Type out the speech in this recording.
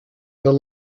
the